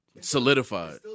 solidified